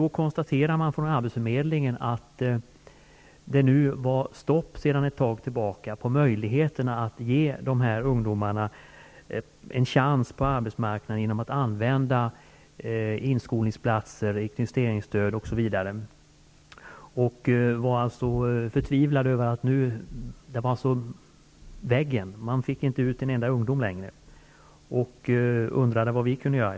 Man konstaterade från arbetsförmedlingen att det nu sedan ett tag tillbaka var stopp på möjligheterna att ge dessa ungdomar en chans på arbetsmarknaden genom att använda inskolningsplatser, rekryteringsstöd, osv. Man var förtvivlad över att man nu så att säga hade nått fram till väggen och att det inte längre gick att få ut en enda ungdom på arbetsmarknaden. Man undrade därför vad vi kunde göra.